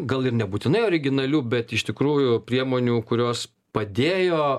gal ir nebūtinai originalių bet iš tikrųjų priemonių kurios padėjo